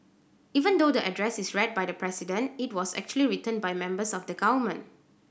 even though the address is read by the President it was actually written by members of the government